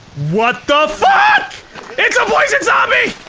what the fuck! it's a poison zombie!